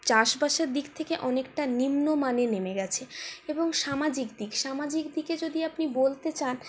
চাষবাসের দিক থেকে অনেকটা নিম্নমানে নেমে গেছে এবং সামাজিক দিক সামাজিক দিকে যদি আপনি বলতে চান